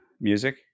Music